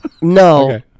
no